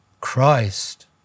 Christ